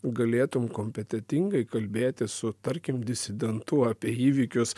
galėtum kompetentingai kalbėti su tarkim disidentu apie įvykius